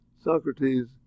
Socrates